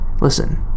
Listen